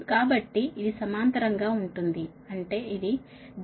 కాబట్టి ఇది సమాంతరంగా ఉంటుంది అంటే ఇది j 0